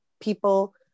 people